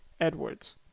Edwards